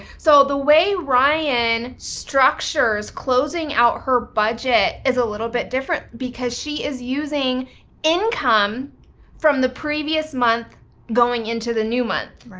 so the way ryan structures closing out her budget is a little bit different because she is using income from the previous month going into the new month.